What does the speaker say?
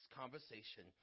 conversation